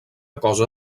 cosa